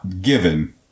given